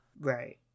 Right